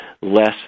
less